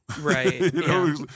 Right